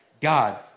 God